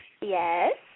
Yes